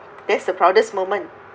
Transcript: that's the proudest moment